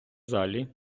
залі